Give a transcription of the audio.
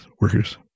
workers